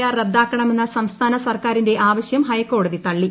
R റദ്ദാക്കണമെന്ന സംസ്ഥാന സർക്കാരിന്റെ ആവശ്യം ഹൈക്കോടതി തള്ളി